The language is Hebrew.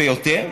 ויותר,